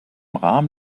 rahmen